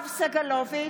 סגלוביץ'